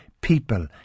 people